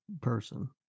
person